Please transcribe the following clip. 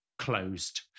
closed